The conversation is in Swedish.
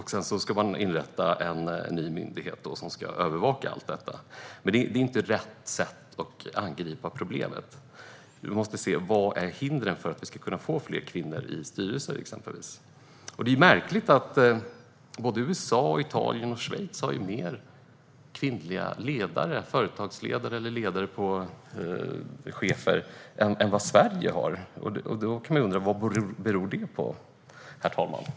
Man ska också inrätta en ny myndighet som ska övervaka allt detta. Det är inte rätt sätt att angripa problemet. Vi måste se vilka hindren är för att få fler kvinnor i styrelser exempelvis. Det är märkligt att såväl USA som Italien och Schweiz har fler kvinnliga ledare - företagsledare och chefer - än vad Sverige har. Man kan undra vad det beror på.